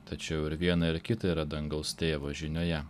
tačiau ir viena ir kita yra dangaus tėvo žinioje